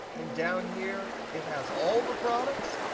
and down here, it has all the products.